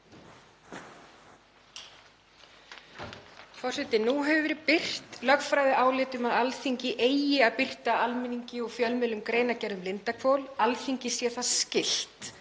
Forseti. Nú hefur verið birt lögfræðiálit um að Alþingi eigi að birta almenningi og fjölmiðlum greinargerð um Lindarhvol, Alþingi sé það skylt.